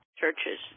churches